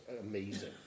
amazing